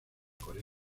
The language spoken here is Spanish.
corea